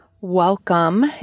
Welcome